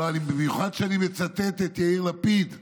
במיוחד כשאני מצטט את יאיר לפיד,